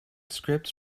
scripts